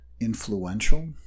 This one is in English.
influential